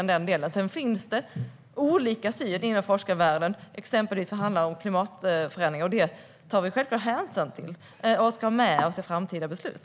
Sedan finns det olika syn i forskarvärlden, exempelvis när det handlar om klimatförändringarna. Vi tar självklart hänsyn till detta och har det med oss i framtida beslut.